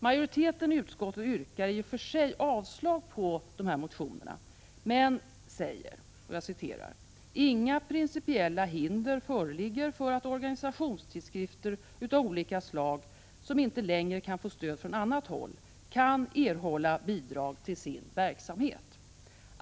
Majoriteten i utskottet yrkar i och för sig avslag på motionerna men säger att ”inga principiella hinder föreligger för att organisationstidskrifter av olika slag, som inte längre kan få stöd från annat håll, kan erhålla bidrag till sin verksamhet.